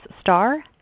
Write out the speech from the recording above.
star